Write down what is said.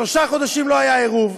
שלושה חודשים לא היה עירוב,